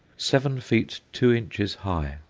seven feet two inches high,